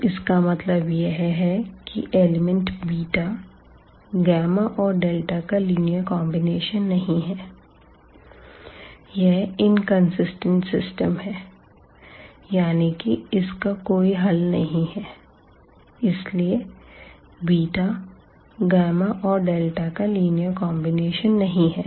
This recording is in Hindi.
तो इसका मतलब यह है कि एलिमेंट बीटा गामा और डेल्टा का लीनियर कांबिनेशन नहीं है यह इनकंसिस्टेंट सिस्टम है यानी कि इसका कोई हल नहीं है इसलिए बीटा गामा और डेल्टा का लीनियर कॉन्बिनेशन नहीं है